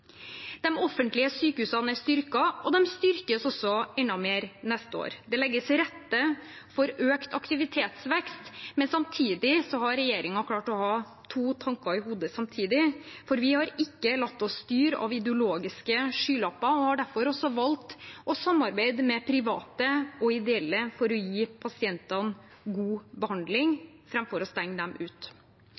offentlige sykehusene er styrket, og de styrkes også enda mer neste år. Det legges til rette for økt aktivitetsvekst, men samtidig har regjeringen klart å ha to tanker i hodet samtidig, for vi har ikke latt oss styre av ideologiske skylapper og har derfor også valgt å samarbeide med private og ideelle for å gi pasientene god behandling framfor å stenge dem